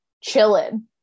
chilling